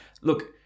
look